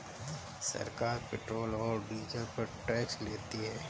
सरकार पेट्रोल और डीजल पर टैक्स लेती है